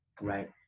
right